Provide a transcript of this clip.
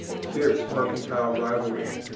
fierce mercantile rivalries,